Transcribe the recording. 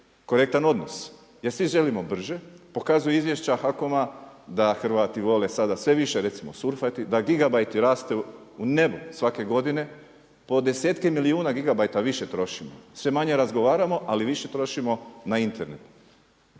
korektan odnos. Jer svi želimo brže, pokazuju izvješća HAKOM-a da Hrvati vole sada sve više surfati, da gigabajti rastu u nebo svake godine po desetke milijuna gigabajta više trošimo, sve manje razgovaramo ali više trošimo na Internet.